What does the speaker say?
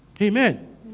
Amen